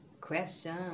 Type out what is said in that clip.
Question